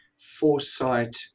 foresight